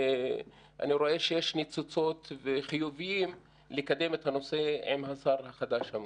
אני רואה שיש ניצוצות חיוביים לקדם את הנושא עם השר החדש הממונה.